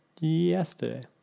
yesterday